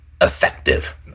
effective